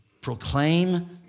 proclaim